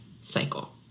cycle